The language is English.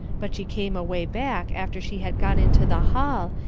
but she came away back after she had gone into the hall,